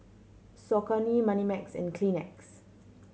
Saucony Moneymax and Kleenex